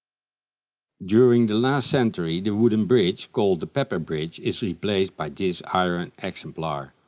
during the last century the wooden bridge called the pepper bridge is replaced by this iron exemplar.